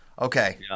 Okay